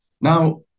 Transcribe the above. Now